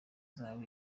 zahabu